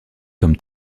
comme